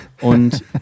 und